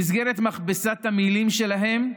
במסגרת מכבסת המילים שלהם,